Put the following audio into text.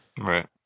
Right